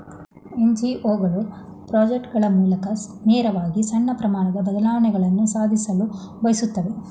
NGO ಗಳು project ಗಳ ಮೂಲಕ ನೇರವಾಗಿ ಸಣ್ಣ ಪ್ರಮಾಣದ ಬದಲಾವಣೆಯನ್ನು ಸಾಧಿಸಲು ಬಯಸುತ್ತೆ